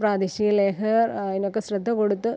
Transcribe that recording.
പ്രാദേശിക ലേഖകർ അതിനുള്ള ശ്രദ്ധ കൊടുത്ത്